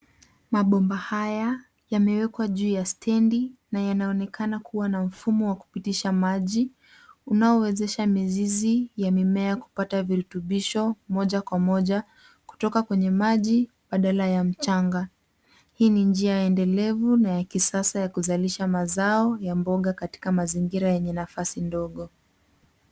Mabomba haya yamewekwa juu ya stendi na yanaonekana kuwa na mfumo wa kupitisha maji unaowezesha mizizi ya mimea kupata virutubisho moja kwa moja kutoka kwenye maji badala ya mchanga. Hii ni njia endelevu na ya kisasa ya kuzalisha mazao ya mboga katika mazingira yenye nafasi ndogo.